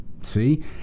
See